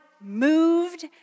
moved